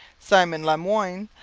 simon le moyne,